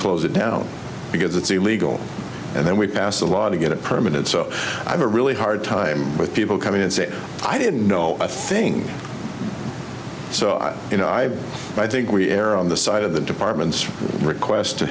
close it down because it's illegal and then we pass a law to get a permit so i have a really hard time with people come in and say i didn't know a thing so i you know i i think we err on the side of the department's request to